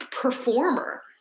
performer